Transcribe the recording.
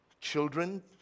Children